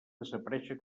desaparèixer